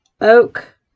Oak